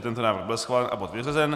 Tento návrh byl schválen a bod vyřazen.